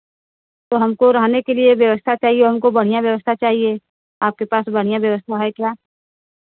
तो हमको रहने के लिए व्यवस्था चाहिए हमको बढ़िया व्यवस्था चाहिए आपके पास बढ़िया व्यवस्था है क्या